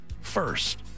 first